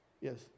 Yes